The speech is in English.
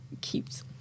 keeps